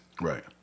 Right